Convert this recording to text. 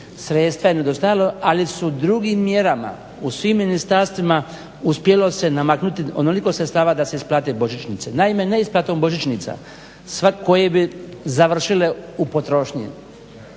sredstva je nedostajalo ali su drugim mjerama u svim ministarstvima uspjelo se namaknuti onoliko sredstava da se isplate božićnice. Naime, neisplatom božićnica koje bi završile u potrošnji